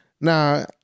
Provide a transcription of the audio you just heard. now